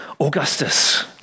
Augustus